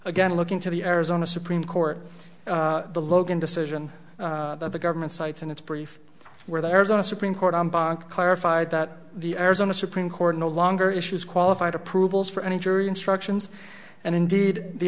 again looking to the arizona supreme court the logan decision of the government sites and its brief where the arizona supreme court on bank clarified that the arizona supreme court no longer issues qualified approvals for any jury instructions and indeed the